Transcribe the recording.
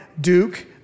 Duke